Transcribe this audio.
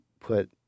put